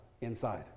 inside